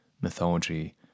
mythology